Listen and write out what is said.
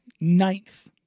ninth